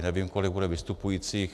Nevím, kolik bude vystupujících.